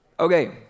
Okay